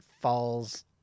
falls